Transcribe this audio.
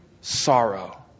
sorrow